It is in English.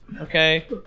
okay